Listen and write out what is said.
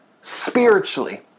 spiritually